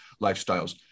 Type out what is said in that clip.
lifestyles